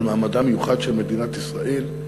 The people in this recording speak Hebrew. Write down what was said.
על מעמדה המיוחד של מדינת ישראל.